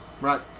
Right